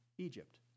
Egypt